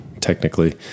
technically